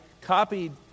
copied